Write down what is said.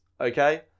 Okay